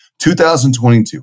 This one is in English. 2022